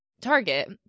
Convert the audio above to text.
Target